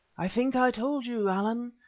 i think i told you, allan,